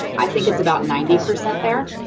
i think it's about ninety percent there.